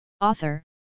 Author